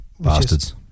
Bastards